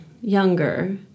younger